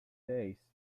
days